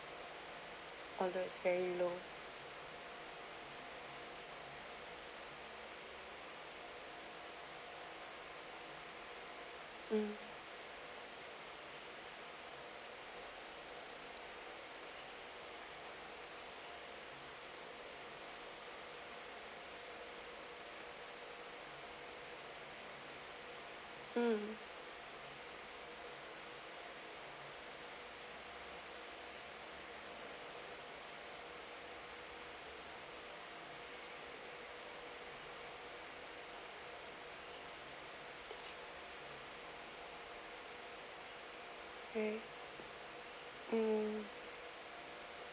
although is very low um um right um